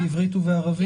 בעברית ובערבית?